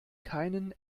keinen